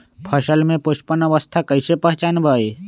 फसल में पुष्पन अवस्था कईसे पहचान बई?